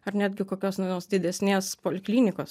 ar netgi kokios vienos didesnės poliklinikos